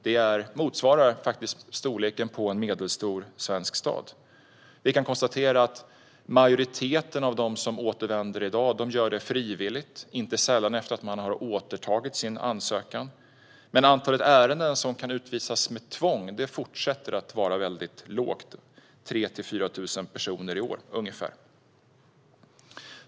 Det motsvarar storleken på en medelstor svensk stad. Vi kan konstatera att majoriteten av dem som återvänder i dag gör det frivilligt, inte sällan efter att ha återtagit sin ansökan. Men antalet ärenden där utvisning sker med tvång fortsätter att vara lågt. Det handlar om 3 000-4 000 personer i år.